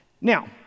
Now